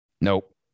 Nope